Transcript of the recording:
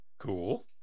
cool